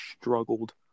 struggled